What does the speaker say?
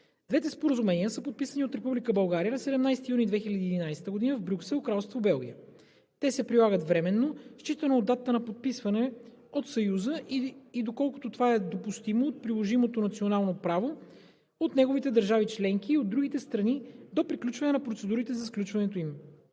Двете споразумения са подписани от Република България на 17 юни 2011 г. в Брюксел, Кралство Белгия. Те се прилагат временно, считано от датата на подписване, от Съюза и доколкото това е допустимо от приложимото национално право, от неговите държави членки и от другите страни, до приключване на процедурите за сключването им.